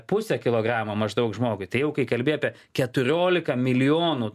pusę kilogramo maždaug žmogui tai jau kai kalbi apie keturiolika milijonų